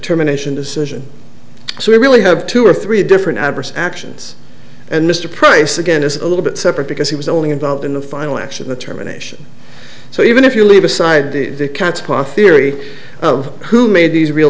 terminations decision so we really have two or three different adverse actions and mr price again is a little bit separate because he was only involved in the final action the terminations so even if you leave aside the cat's paw theory of who made these real